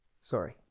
Sorry